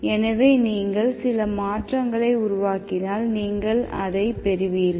எனவே நீங்கள் சில மாற்றங்களை உருவாக்கினால் நீங்கள் அதை பெறுவீர்கள்